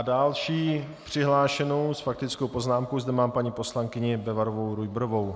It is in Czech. Další přihlášenou s faktickou poznámkou zde mám paní poslankyni BebarovouRujbrovou.